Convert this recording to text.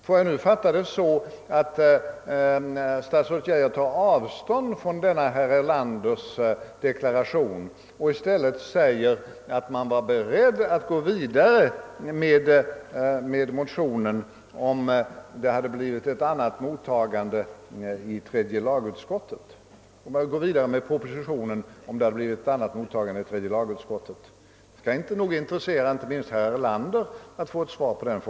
Får jag fatta detta så, att statsrådet Geijer tar avstånd från herr Erlanders deklaration och i stället säger att man var beredd att gå vidare med propositionen, om det hade blivit ett annat mottagande i tredje lagutskottet? Att få ett svar på den frågan skulle nog intressera inte minst herr Erlander.